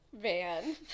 van